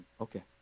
Okay